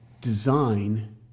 design